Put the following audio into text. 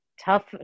tough